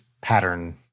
pattern